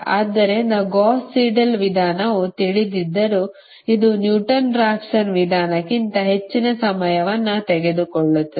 ಆದ್ದರಿಂದ Gauss Seidel ವಿಧಾನವು ತಿಳಿದಿದ್ದರೂ ಇದು ನ್ಯೂಟನ್ ರಾಫ್ಸನ್ ವಿಧಾನಕ್ಕಿಂತ ಹೆಚ್ಚಿನ ಸಮಯವನ್ನು ತೆಗೆದುಕೊಳ್ಳುತ್ತದೆ